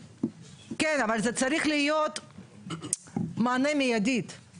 כן אבל זה צריך להיות מענה מיידית,